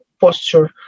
posture